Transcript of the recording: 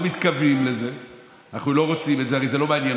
חבר הכנסת